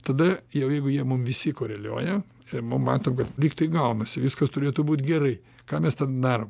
tada jau jeigu jie mum visi koreliuoja ir mum matom kad lygtai gaunasi viskas turėtų būt gerai ką mes tada darom